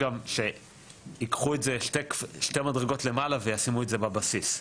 גם שייקחו את זה שתי מדרגות למעלה וישימו את זה בבסיס.